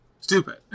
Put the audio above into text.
stupid